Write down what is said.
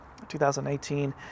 2018